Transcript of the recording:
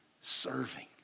serving